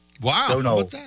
Wow